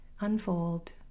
unfold